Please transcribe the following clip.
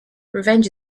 revenge